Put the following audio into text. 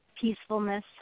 peacefulness